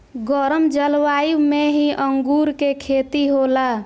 गरम जलवायु में ही अंगूर के खेती होला